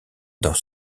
dans